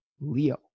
Leo